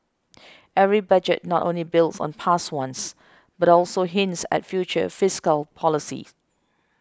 every Budget not only builds on past ones but also hints at future fiscal policy